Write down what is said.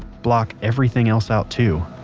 block everything else out too